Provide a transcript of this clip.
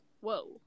Whoa